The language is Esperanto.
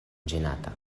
ĝenata